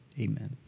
amen